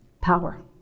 power